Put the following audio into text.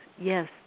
Yes